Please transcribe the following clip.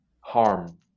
harm